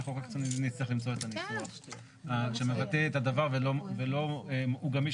אנחנו רק נצטרך למצוא את הניסוח שמבטא את הדבר והוא גמיש